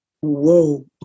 Whoa